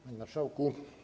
Panie Marszałku!